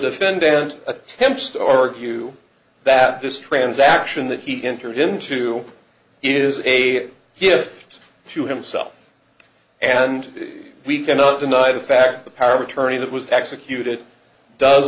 defendant attempts to argue that this transaction that he entered into is a gift to himself and we cannot deny the fact the power of attorney that was executed does